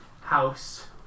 house